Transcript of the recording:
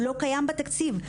הוא לא קיים בתקציב,